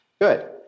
Good